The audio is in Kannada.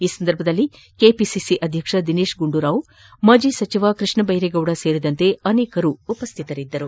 ಈ ಸಂದರ್ಭದಲ್ಲಿ ಕೆಪಿಸಿಸಿ ಅಧ್ಯಕ್ಷ ದಿನೇಶ್ ಗುಂಡೂರಾವ್ ಮಾಜಿ ಸಚಿವ ಕೃಷ್ಣ ಬೈರೇಗೌಡ ಸೇರಿದಂತೆ ಅನೇಕರು ಉಪಸ್ಥಿತರಿದ್ದರು